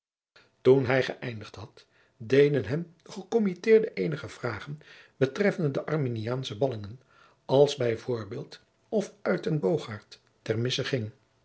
toen hij gëeindigd had deden hem de gecommitteerden eenige vragen betreffende de arminiaansche ballingen als b v of uytenbogaert ter misse ging